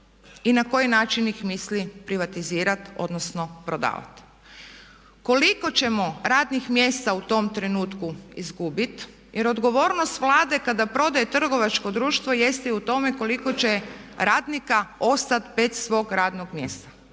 i na koji način ih misli privatizirat odnosno prodavat? Koliko ćemo radnih mjesta u tom trenutku izgubiti jer odgovornost Vlade kada prodaje trgovačko društvo jeste i u tome koliko će radnika ostati bez svog radnog mjesta.